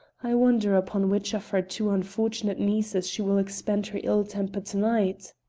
i wonder upon which of her two unfortunate nieces she will expend her ill-temper to-night?